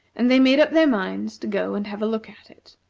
and they made up their minds to go and have a look at it.